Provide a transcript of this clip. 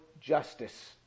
justice